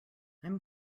i’m